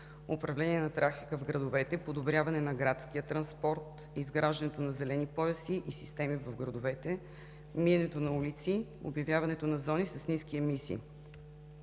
управление на трафика в градовете, подобряване на градския транспорт, изграждането на зелени пояси и системи в градовете, миенето на улици, обявяването на зони с ниски емисии.